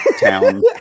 town